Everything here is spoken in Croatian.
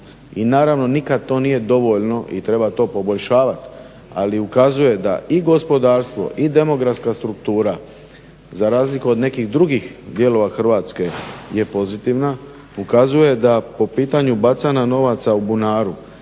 i naravno nikad to nije dovoljno i treba to poboljšavat, ali ukazuje da i gospodarstvo i demografska struktura za razliku od nekih drugih dijelova Hrvatske je pozitivna, ukazuje da po pitanju bacanja novaca u bunaru